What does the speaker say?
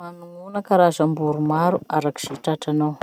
Manognona karazam-boro maro araky ze tratranao.